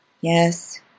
yes